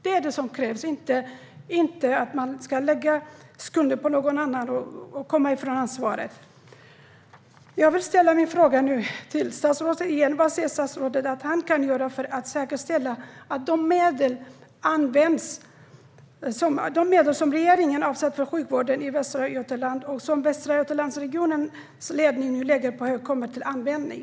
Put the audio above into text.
Det är det som krävs, inte att lägga skulden på någon annan och komma ifrån ansvaret. Jag vill fråga statsrådet igen: Vad kan statsrådet göra för att säkerställa att de medel som regeringen har avsatt för sjukvården i Västra Götaland, och som regionens ledning nu lägger på hög, kommer till användning?